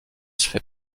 fait